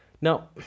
Now